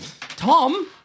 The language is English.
Tom